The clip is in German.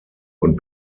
und